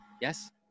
Yes